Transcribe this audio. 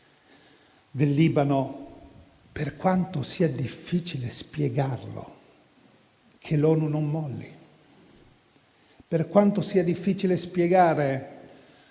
del Libano, per quanto sia difficile spiegarlo, è necessario che l'ONU non molli e, per quanto sia difficile spiegare